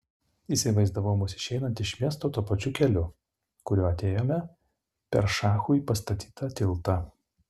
įsivaizdavau mus išeinant iš miesto tuo pačiu keliu kuriuo atėjome per šachui pastatytą tiltą